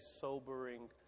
sobering